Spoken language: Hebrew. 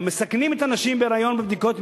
גם מסכנים את הנשים בהיריון בבדיקות מיותרות,